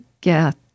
get